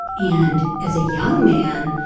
and as a young man,